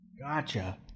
Gotcha